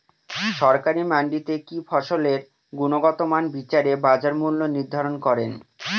সরকারি মান্ডিতে কি ফসলের গুনগতমান বিচারে বাজার মূল্য নির্ধারণ করেন?